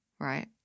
right